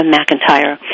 McIntyre